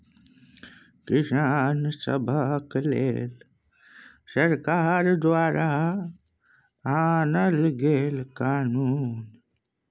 किसान सभक लेल सरकार द्वारा आनल गेल कानुन